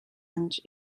anys